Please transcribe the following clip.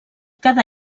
cada